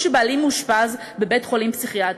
שבעלי מאושפז בבית-חולים פסיכיאטרי.